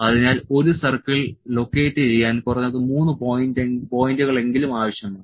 അതിനാൽ ഒരു circle locate ചെയ്യാൻ കുറഞ്ഞത് 3 പോയിന്റുകളെങ്കിലും ആവശ്യമാണ്